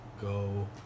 Go